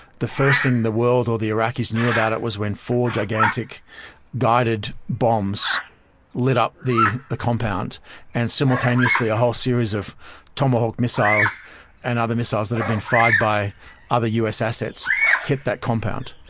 the first thing the world or the iraqis knew about it was when four gigantic guided bombs lit up the the compound and simultaneously a whole series of tomahawk missiles and other missiles that had been fired by other u s. assets hit that compound.